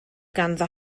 ganddo